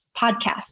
podcast